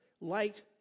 Light